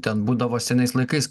ten būdavo senais laikais